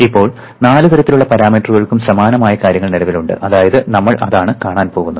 ഇപ്പോൾ നാല് തരത്തിലുള്ള പരാമീറ്ററുകൾക്കും സമാനമായ കാര്യങ്ങൾ നിലവിലുണ്ട് അതായത് നമ്മൾ അതാണ് കാണാൻ പോകുന്നത്